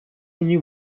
мені